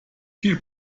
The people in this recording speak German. viel